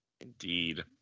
Indeed